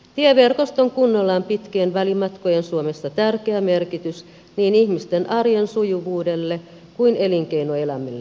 tieverkoston kunnolla on pitkien välimatkojen suomessa tärkeä merkitys niin ihmisten arjen sujuvuudelle kuin elinkeinoelämällekin